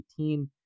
2018